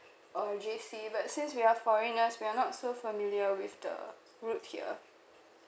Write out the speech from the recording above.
or J_C but since we're foreigners we're not so familiar with the route here